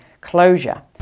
closure